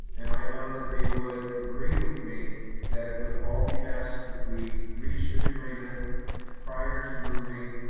and i know that they would agree with me that it would all be best if we reached an agreement prior to moving,